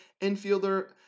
infielder